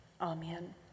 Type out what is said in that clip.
Amen